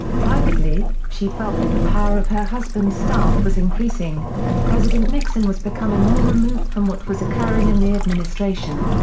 privately, she felt that the power of her husband's staff was increasing, and president nixon was becoming more removed from what was occurring in the administration.